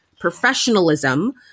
professionalism